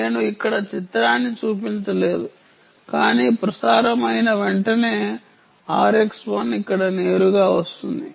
నేను ఇక్కడ చిత్రాన్ని చూపించలేదు కాని ప్రసారం అయిన వెంటనే ఆర్ఎక్స్ 1 ఇక్కడ నేరుగా వస్తుంది